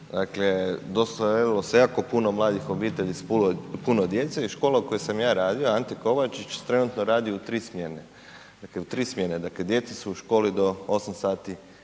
dakle, doselilo se jako puno mladih obitelji s puno djece i škola u kojoj sam ja radio, Ante Kovačić trenutno radi u tri smjene, dakle u tri smjene. Dakle djeca su u školi do osam